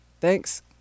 Thanks